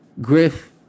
Griff